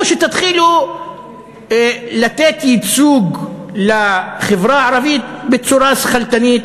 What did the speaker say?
או שתתחילו לתת ייצוג לחברה הערבית בצורה שכלתנית,